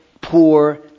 poor